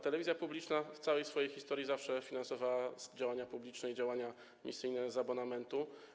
Telewizja publiczna w całej swojej historii zawsze finansowała działania publiczne i działania misyjne z abonamentu.